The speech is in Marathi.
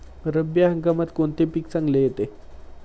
रब्बी हंगामात कोणते पीक चांगले येते?